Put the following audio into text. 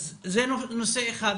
זה נושא אחד.